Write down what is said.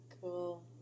Cool